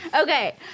Okay